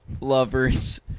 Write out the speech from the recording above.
lovers